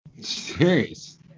Serious